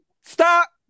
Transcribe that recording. Stop